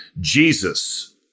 Jesus